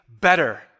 better